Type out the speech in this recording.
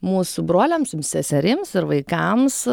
mūsų broliams seserims ir vaikams